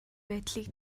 байдлыг